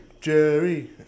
Jerry